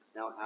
Now